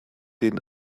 den